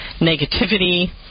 negativity